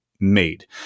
made